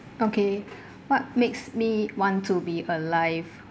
okay what makes me want to be alive